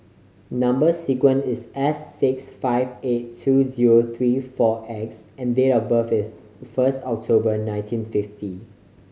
number sequence is S six five eight two zero three four X and date of birth is first October nineteen fifty